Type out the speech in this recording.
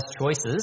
choices